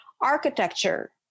Architecture